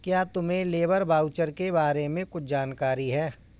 क्या तुम्हें labour voucher के बारे में कुछ जानकारी है?